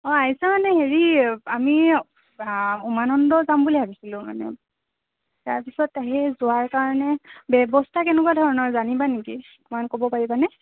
অঁ আইছা মানে হেৰি আমি উমানন্দ যাম বুলি ভাবিছিলোঁ মানে তাৰপিছত আহি যোৱাৰ কাৰণে ব্যৱস্থা কেনেকুৱা ধৰণৰ জানিবা নিকি অকমান ক'ব পাৰিবানে